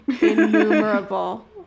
Innumerable